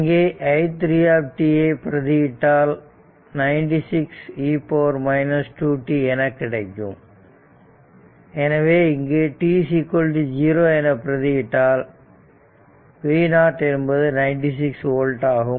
இங்கே i3 t ஐ பிரதி இட்டால் 96 e 2 t என கிடைக்கும் எனவே இங்கு t0 என பிரதி இட்டால் v0 என்பது 96 ஓல்ட் ஆகும்